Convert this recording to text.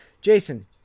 Jason